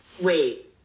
Wait